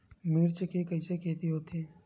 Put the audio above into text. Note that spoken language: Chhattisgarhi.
मिर्च के कइसे खेती होथे?